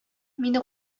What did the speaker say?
мине